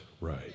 right